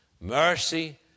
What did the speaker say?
mercy